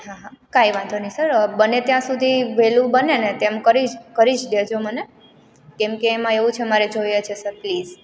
હા હા કાંઈ વાંધો નહીં સર બને ત્યાં સુધી વહેલું બનેને તેમ કરીજ કરી જ દેજો મને કેમ કે એમાં એવું છે મારે જોઈએ છે સર પ્લીઝ